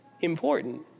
important